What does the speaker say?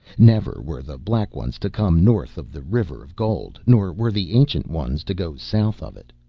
never were the black ones to come north of the river of gold nor were the ancient ones to go south of it.